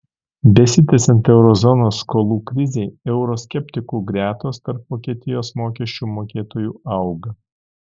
besitęsiant euro zonos skolų krizei euroskeptikų gretos tarp vokietijos mokesčių mokėtojų auga